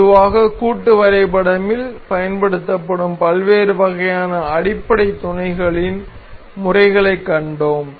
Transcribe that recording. பொதுவாக கூட்டு வரைபடமில் பயன்படுத்தப்படும் பல்வேறு வகையான அடிப்படை துணைகளின் முறைகளைக் கண்டோம்